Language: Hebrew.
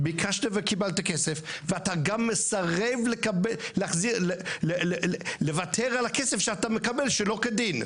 ביקשת וקיבלת כסף ואתה גם מסרב לוותר על הכסף שאתה מקבל שלא כדין?